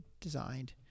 designed